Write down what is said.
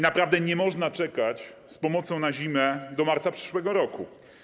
Naprawdę nie można czekać z pomocą na zimę do marca przyszłego roku.